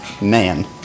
Man